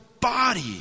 body